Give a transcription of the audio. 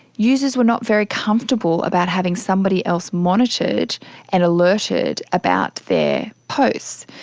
users were not very comfortable about having somebody else monitored and alerted about their posts.